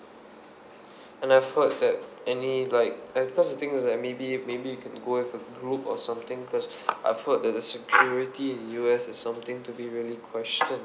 and I've heard that any like I because the thing is that maybe maybe we can go with a group or something cause I've heard that the security in U_S is something to be really questioned